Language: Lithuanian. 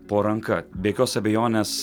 po ranka be jokios abejonės